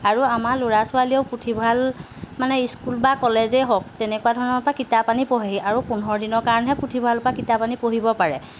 আৰু আমাৰ ল'ৰা ছোৱালীয়েও পুথিভঁৰাল মানে স্কুল বা কলেজেই হওক তেনেকুৱা ধৰণৰ পৰা কিতাপ আনি পঢ়ি আৰু পোন্ধৰ দিনৰ কাৰণেহে পুথিভঁৰালৰ পৰা কিতাপ আনি পঢ়িব পাৰে